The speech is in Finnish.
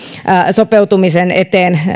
sopeutumisen eteen